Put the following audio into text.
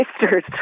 sisters